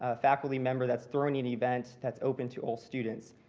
ah faculty member that's throwing an event that's open to all students.